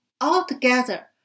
altogether